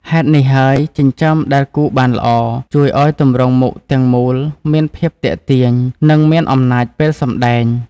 ហេតុនេះហើយ ចិញ្ចើមដែលគូរបានល្អ ជួយឲ្យទម្រង់មុខទាំងមូលមានភាពទាក់ទាញ និងមានអំណាចពេលសម្ដែង។